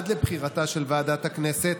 עד לבחירתה של ועדת הכנסת,